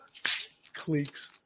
Cleeks